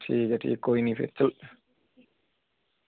ठीक ऐ ठीक ऐ कोई नी फिर चलो